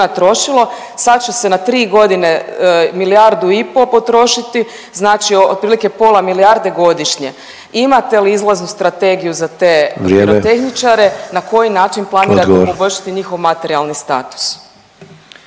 trošilo, sad će se na tri godine milijardu i po potrošiti, znači otprilike pola milijarde godišnje, imate li izlaznu strategiju za te pirotehničare .../Upadica: Vrijeme./... na koji način planirate